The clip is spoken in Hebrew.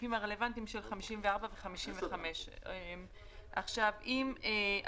הסעיפים הרלוונטיים של 54 ושל 55. לא